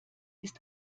ist